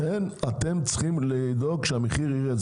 אתם צריכים לדאוג שהמחיר ירד.